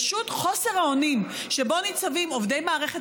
פשוט חוסר האונים שבו ניצבים עובדי מערכת